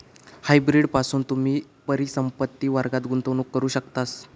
hybrid पासून तुम्ही परिसंपत्ति वर्गात गुंतवणूक करू शकतास